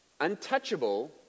untouchable